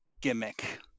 gimmick